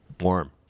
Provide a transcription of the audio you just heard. Warm